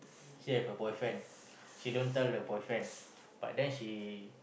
she have a boyfriend she don't tell the boyfriend but then she